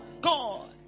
God